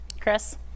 Chris